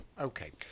okay